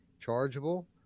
chargeable